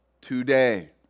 today